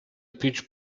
pitch